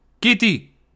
Kitty